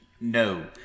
No